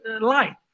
light